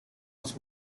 was